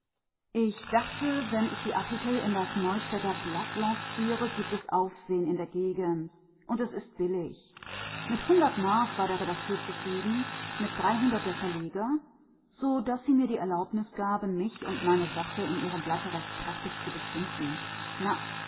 ich dachte wenn ich die artikel in das neustädter blatt lanciere gibt es aufsehen in der gegend und es ist billig mit hundert mark war der redakteur zufrieden mit dreihundert der verleger so daß sie mir die erlaubnis gaben mich und meine sache in ihrem blatte recht kräftig zu beschimpfen